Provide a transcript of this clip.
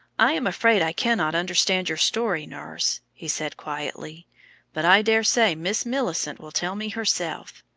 i am afraid i cannot understand your story, nurse, he said quietly but i daresay miss millicent will tell me herself.